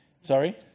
Sorry